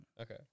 Okay